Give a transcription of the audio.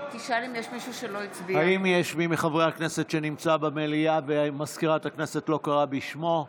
האם יש מי מחברי הכנסת שנמצא במליאה ומזכירת הכנסת לא קראה בשמו?